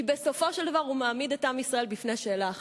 כי בסופו של דבר הוא מעמיד את עם ישראל בפני שאלה אחת,